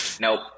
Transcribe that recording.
Nope